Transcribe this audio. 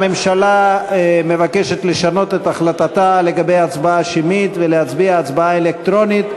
הממשלה מבקשת לשנות את החלטתה לגבי הצבעה שמית ולהצביע הצבעה אלקטרונית,